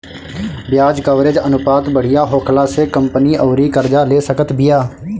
ब्याज कवरेज अनुपात बढ़िया होखला से कंपनी अउरी कर्जा ले सकत बिया